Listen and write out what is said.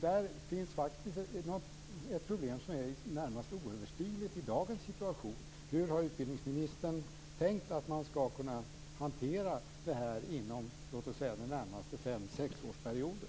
Där finns faktiskt ett problem som är närmast oöverstigligt i dagens situation. Hur har utbildningsministern tänkt att man skall kunna hantera det här inom låt oss säga de närmaste 5-6 åren?